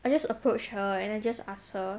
I just approach her and I just ask her